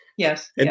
Yes